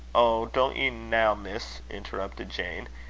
oh! don't ye now, miss, interrupted jane.